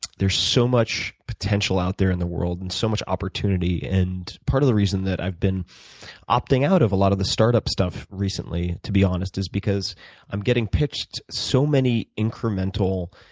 there's so much potential out there in the world and so much opportunity. and part of the reason that i've been opting out of a lot of the startup stuff recently, to be honest, is because i'm getting pitched so many incremental,